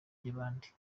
by’abandi